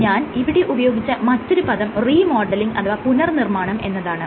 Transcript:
ഞാൻ ഇവിടെ ഉപയോഗിച്ച മറ്റൊരു പദം റീമോഡലിങ് അഥവാ പുനർനിർമ്മാണം എന്നതാണ്